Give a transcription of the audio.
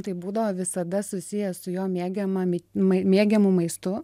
tai būdavo visada susiję su jo mėgiama mit mėgiamu maistu